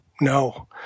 no